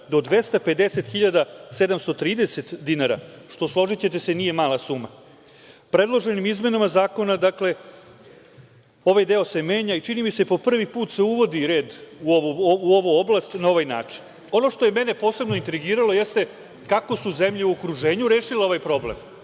do 250.730 dinara, što, složićete se, nije mala suma. Predloženim izmenama zakona, dakle, ovaj deo se menja i čini mi se po prvi put se uvodi red u ovu oblast na ovaj način. Ono što je mene posebno intrigiralo jeste, kako su zemlje u okruženju rešile ovaj problem.